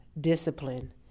discipline